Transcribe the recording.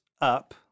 up